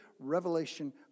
revelation